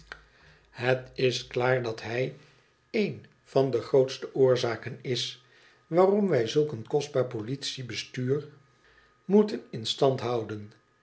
het is klaar dat hij een van de grootste oorzaken is waarom wij zulk een kostbaar politie bcstuur moeten in stand houden